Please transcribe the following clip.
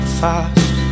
fast